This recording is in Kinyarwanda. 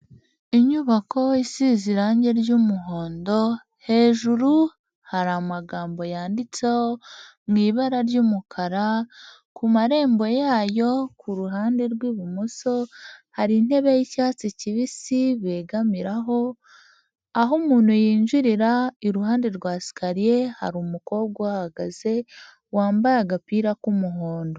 Inyubako isize irangi ry'umuhondo, hejuru hari amagambo yanditseho mu ibara ry'umukara, ku marembo yayo ku ruhande rw'ibumoso hari intebe y'icyatsi kibisi begamiraho, aho umuntu yinjirira iruhande rwa esikariye, hari umukobwa uhagaze wambaye agapira k'umuhondo.